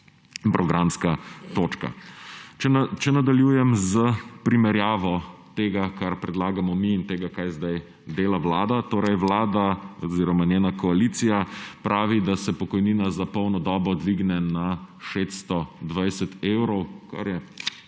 programska točka. Če nadaljujem s primerjavo tega, kar predlagamo mi, in tega, kar zdaj dela Vlada. Vlada oziroma njena koalicija pravi, da se pokojnina za polno dobo dvigne na 620 evrov, kar je